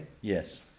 Yes